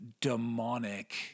demonic